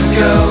go